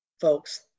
folks